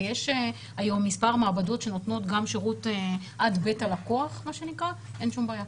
ויש היום מספר מעבדות שנותנות גם שירות עד בית הלקוח אין שום בעיה.